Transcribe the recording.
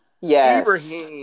Yes